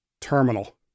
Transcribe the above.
terminal